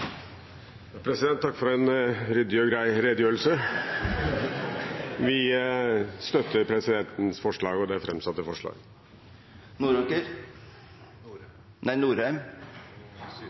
for en ryddig og grei redegjørelse. Vi støtter presidentens forslag. Noraker – nei, Norheim. Jeg takker også for redegjørelsen – og